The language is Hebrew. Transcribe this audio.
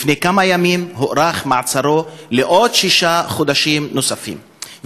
לפני כמה ימים הוארך מעצרו לשישה חודשים נוספים,